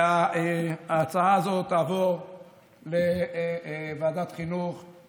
שההצעה הזאת תעבור לוועדת החינוך,